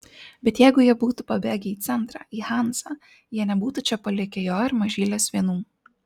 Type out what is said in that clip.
bet jeigu jie būtų pabėgę į centrą į hanzą jie nebūtų čia palikę jo ir mažylės vienų